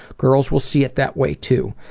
girls will see it that way too.